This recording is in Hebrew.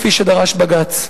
כפי שדרש בג"ץ.